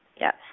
Yes